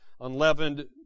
unleavened